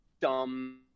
dumb